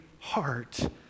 heart